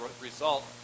result